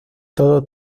todo